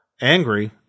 angry